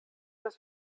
das